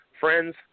Friends